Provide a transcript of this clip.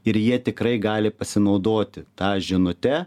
ir jie tikrai gali pasinaudoti ta žinute